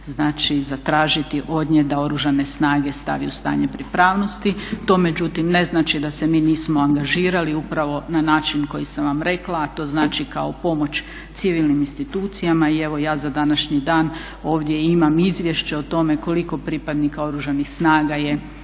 znači zatražiti od nje da Oružane snage stavi u stanje pripravnosti. To međutim ne znači da se mi nismo angažirali upravo na način koji sam vam rekla a to znači kao pomoć civilnim institucijama. I evo ja za današnji dan ovdje imam izvješće o tome koliko pripadnika Oružanih snaga je